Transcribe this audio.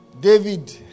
David